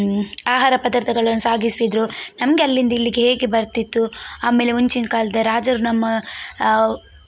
ಆಹಾರ ಪದಾರ್ಥಗಳನ್ನ ಸಾಗಿಸಿದರು ನಮಗೆ ಅಲ್ಲಿಂದಿಲ್ಲಿಗೆ ಹೇಗೆ ಬರ್ತಿತ್ತು ಆಮೇಲೆ ಮುಂಚಿನ ಕಾಲದ ರಾಜರು ನಮ್ಮ